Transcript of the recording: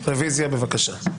רוויזיה בבקשה.